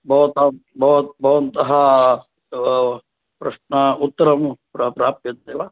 भवतां बव भवन्तः प्रश्न उत्तरं प्राप्यते वा